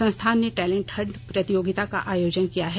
संस्थान ने talent hunt प्रतियोगिता का आयोजन किया है